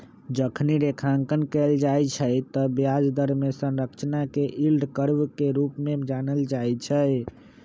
जखनी रेखांकन कएल जाइ छइ तऽ ब्याज दर कें संरचना के यील्ड कर्व के रूप में जानल जाइ छइ